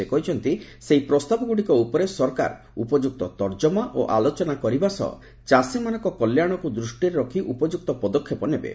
ସେ କହିଛନ୍ତି ସେହି ପ୍ରସ୍ତାବଗୁଡ଼ିକ ଉପରେ ସରକାର ଉପଯୁକ୍ତ ତର୍ଜମା ଓ ଆଲୋଚନା କରିବା ସହ ଚାଷୀମାନଙ୍କ କଲ୍ୟାଣକୁ ଦୃଷ୍ଟିରେ ରଖି ଉପଯୁକ୍ତ ପଦକ୍ଷେପ ନେବେ